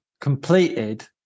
completed